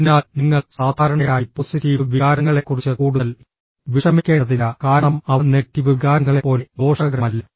അതിനാൽ നിങ്ങൾ സാധാരണയായി പോസിറ്റീവ് വികാരങ്ങളെക്കുറിച്ച് കൂടുതൽ വിഷമിക്കേണ്ടതില്ല കാരണം അവ നെഗറ്റീവ് വികാരങ്ങളെപ്പോലെ ദോഷകരമല്ല